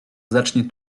zacznie